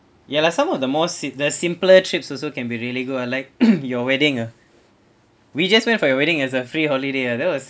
ya lah some of the more sim~ the simpler trips also can be really good ah like your wedding ah we just went for your wedding as a free holiday ah that was